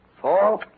four